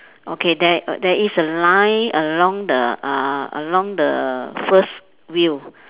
okay there err there is a line along the uh along the first wheel